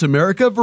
America